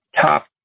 top